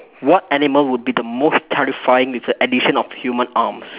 what animal would be the most terrifying with the addition of human arms